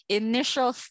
initial